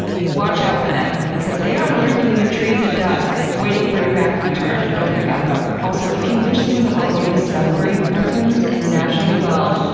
watch out for them because they are lurking in the trees at dusk waiting for your back to be turned. don't freak out, though. also, if you wish there was a holiday to celebrate racoons internationally, well,